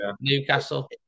Newcastle